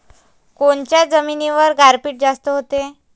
कोनच्या जमिनीवर गारपीट जास्त व्हते?